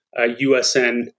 USN